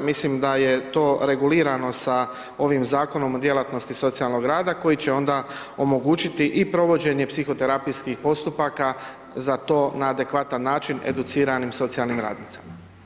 mislim da je to regulirano sa ovim Zakonom o djelatnosti socijalnog rada koji će onda omogućiti i provođenje psihoterapijskih postupaka za to na adekvatan način educiranim socijalnim radnicama.